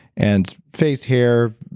and face, hair,